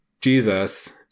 Jesus